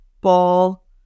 ball